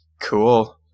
cool